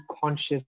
conscious